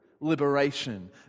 liberation